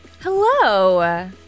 hello